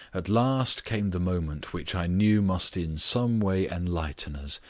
at last came the moment which i knew must in some way enlighten us,